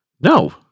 no